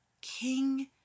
King